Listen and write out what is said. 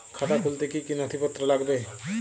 খাতা খুলতে কি কি নথিপত্র লাগবে?